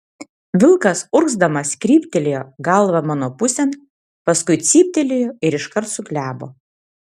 vilkas urgzdamas kryptelėjo galvą mano pusėn paskui cyptelėjo ir iškart suglebo